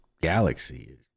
galaxy